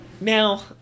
Now